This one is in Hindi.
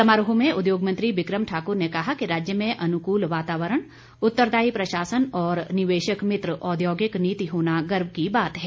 समारोह में उद्योग मंत्री बिक्रम ठाकुर ने कहा कि राज्य में अनुकूल वातावरण उतरदायी प्रशासन और निवेशक मित्र औद्योगिक नीति होना गर्व की बात है